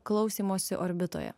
klausymosi orbitoje